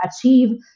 achieve